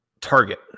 target